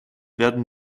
werden